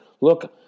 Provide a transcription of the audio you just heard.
look